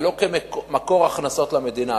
ולא כמקור הכנסות למדינה.